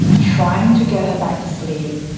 trying to get her back to sleep.